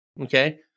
Okay